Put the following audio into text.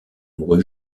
mourut